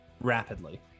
rapidly